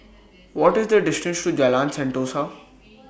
What The distance to Jalan Sentosa